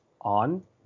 on